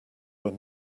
were